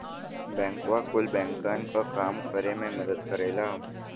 बैंकवा कुल बैंकन क काम करे मे मदद करेला